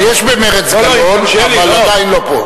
יש במרצ גלאון, אבל עדיין לא פה.